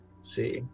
see